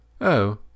Oh